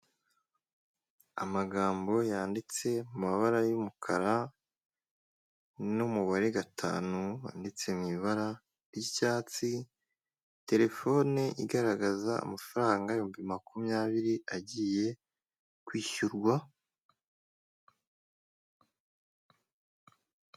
Amagambo yanditse mumabara y'umukara n'umubare gatanu wanditse mwibara ry'icyatsi telefone igaragaza amafaranga ibihumbi makumyabiri agiye kwishyurwa.